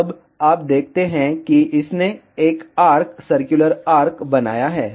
अब आप देखते हैं कि इसने एक आर्क सर्कुलर आर्क बनाया है